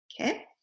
okay